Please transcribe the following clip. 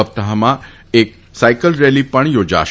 સપ્તાહમાં એક સાયકલરેલી પણ યોજાશે